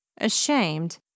Ashamed